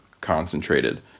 concentrated